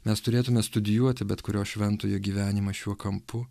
mes turėtume studijuoti bet kurio šventojo gyvenimą šiuo kampu